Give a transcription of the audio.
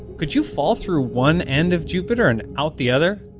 could you fall through one end of jupiter and out the other?